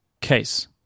case